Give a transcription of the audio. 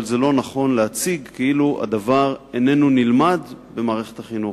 אבל זה לא נכון להציג כאילו הדבר איננו נלמד במערכת החינוך.